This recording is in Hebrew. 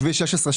בכביש 16,